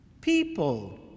People